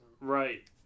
Right